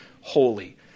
holy